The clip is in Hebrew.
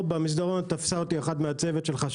במסדרון פה תפסה אותי אחת מהצוות שלך,